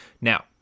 Now